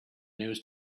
news